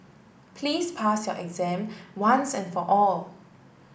please pass your exam once and for all